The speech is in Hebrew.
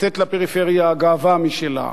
לתת לפריפריה גאווה משלה,